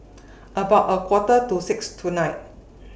about A Quarter to six tonight